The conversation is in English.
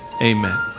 Amen